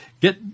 get